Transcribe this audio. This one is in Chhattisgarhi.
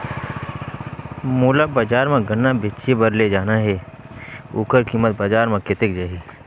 मोला बजार मां गन्ना बेचे बार ले जाना हे ओकर कीमत बजार मां कतेक जाही?